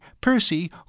Percy